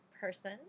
person